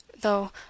though